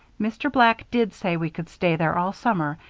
mr. black did say we could stay there all summer,